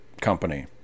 company